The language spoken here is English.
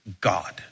God